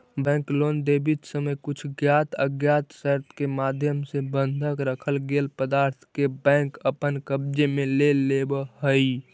bank loan देवित समय कुछ ज्ञात अज्ञात शर्त के माध्यम से बंधक रखल गेल पदार्थ के बैंक अपन कब्जे में ले लेवऽ हइ